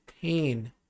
pain